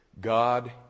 God